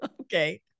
okay